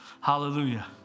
Hallelujah